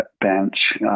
bench